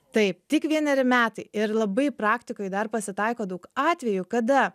taip tik vieneri metai ir labai praktikoj dar pasitaiko daug atvejų kada